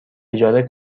اجاره